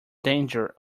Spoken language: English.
danger